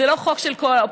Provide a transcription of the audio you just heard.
זה לא חוק של אופוזיציה,